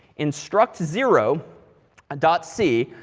instruct zero dot c,